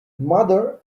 mother